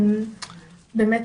באמת